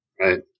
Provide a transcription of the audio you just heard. Right